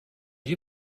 you